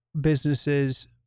businesses